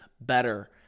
better